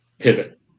pivot